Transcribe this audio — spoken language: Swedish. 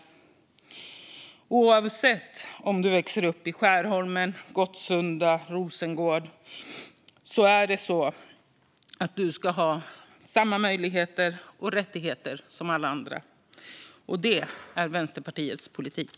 Men oavsett om du växer upp i Skärholmen, Gottsunda eller Rosengård ska du ha samma möjligheter och rättigheter som alla andra. Det är Vänsterpartiets politik.